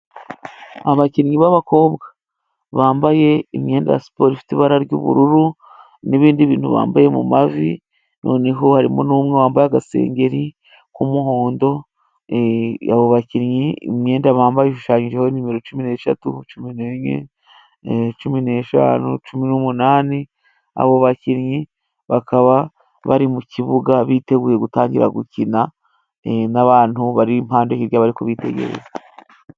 Abakinnyi b'abakobwa bambaye imyenda ya siporo ifite ibara ry'ubururu n'ibindi bintu bambaye mu mavi noneho harimo numwe wambaye agasengeri k'umuhondo . Abo bakinnyi imyenda bambaye ishushanyijeho nimero cumi n'sheshatu cumi n'enye ,cumi n'eshanu, cumi n'umunani . Abo bakinnyi bakaba bari mu kibuga biteguye gutangira gukina, n'abantu bari impande hirya bari kubitegereza.